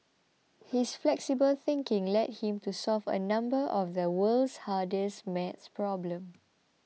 his flexible thinking led him to solve a number of the world's hardest math problems